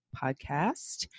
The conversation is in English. podcast